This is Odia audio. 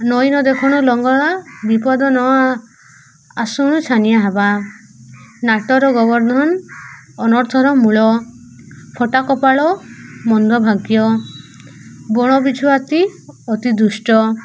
ନଈ ନ ଦେଖୁଣୁ ଲଙ୍ଗଳା ବିପଦ ନ ଆ ଆସୁଣୁ ଛାନିଆ ହେବା ନାଟର ଗୋବର୍ଦ୍ଧନ ଅନର୍ଥର ମୂଳ ଫଟା କପାଳ ମନ୍ଦଭାଗ୍ୟ ବଣ ବିଛୁଆତି ଅତି ଦୁଷ୍ଟ